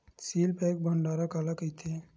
Seal pack भंडारण काला कइथे?